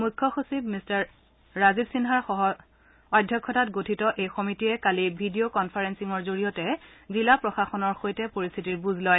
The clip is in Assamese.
মুখ্য সচিব ৰাজীৱ সিন্হাৰ অধ্যক্ষতাত গঠিত এই সমিতিয়ে কালি ভিডিঅ কনফাৰেলিঙৰ জৰিয়তে জিলা প্ৰশাসনৰ সৈতে পৰিস্থিতিৰ বুজ লয়